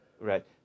Right